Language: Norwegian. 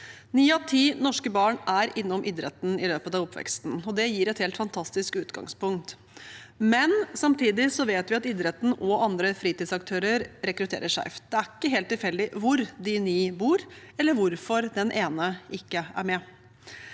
Ni av ti norske barn er innom idretten i løpet av oppveksten, og det gir et helt fantastisk utgangspunkt. Samtidig vet vi at idretten og andre fritidsaktører rekrutterer skeivt. Det er ikke helt tilfeldig hvor de ni bor, eller hvorfor den ene ikke er med.